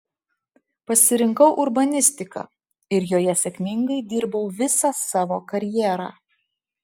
pasirinkau urbanistiką ir joje sėkmingai dirbau visą savo karjerą